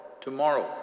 tomorrow